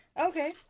Okay